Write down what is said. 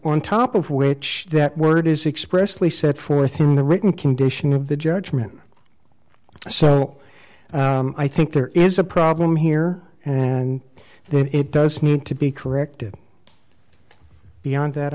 on top of which that word is expressed we set forth in the written condition of the judgment so i think there is a problem here and it does need to be corrected beyond that